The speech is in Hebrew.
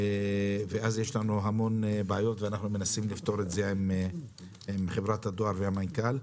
אז יש לנו המון בעיות אותן אנחנו מנסים לפתור עם חברת הדואר והמנכ"ל.